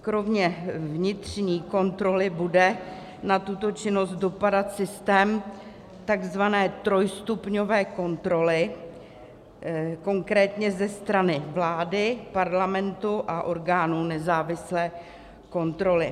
Kromě vnitřní kontroly bude na tuto činnost dopadat systém takzvané trojstupňové kontroly, konkrétně ze strany vlády, Parlamentu a orgánů nezávislé kontroly.